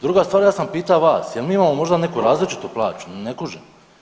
Druga stvar, ja sam pitao vas, jel mi imamo možda neku različitu plaću, ne kužim?